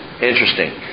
Interesting